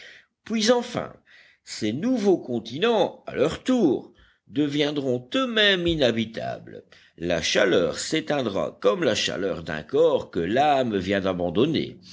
puis enfin ces nouveaux continents à leur tour deviendront eux-mêmes inhabitables la chaleur s'éteindra comme la chaleur d'un corps que l'âme vient d'abandonner